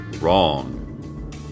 Wrong